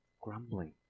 grumbling